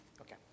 Okay